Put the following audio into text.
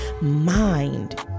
mind